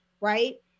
right